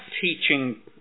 teaching